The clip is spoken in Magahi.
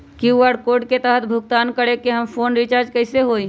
कियु.आर कोड के तहद भुगतान करके हम फोन रिचार्ज कैसे होई?